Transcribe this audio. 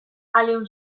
allium